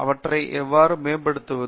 அவற்றை எவ்வாறு மேம்படுத்துவது